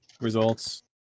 results